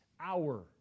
hour